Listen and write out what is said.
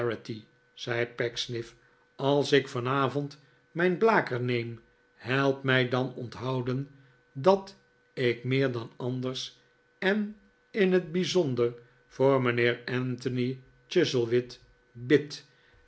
charity zei pecksniff als ik vanavond mijn blaker neem help mij dan onthouden dat ik meer dan anders en in het bijzonder voor mijnheer anthony chuzzlewit bid